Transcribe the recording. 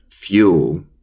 Fuel